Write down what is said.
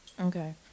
okay